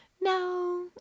no